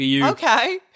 Okay